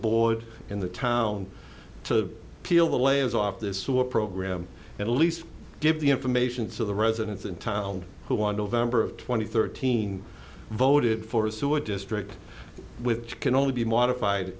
board in the town to peel the layers off this so a program at least give the information to the residents in town who want over amber of twenty thirteen voted for a sewer district which can only be modified